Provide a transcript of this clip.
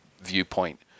viewpoint